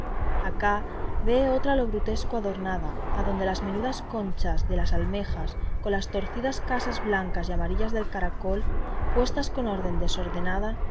acá vee otra a lo brutesco adornada adonde las menudas conchas de las almejas con las torcidas casas blancas y amarillas del caracol puestas con orden desordenada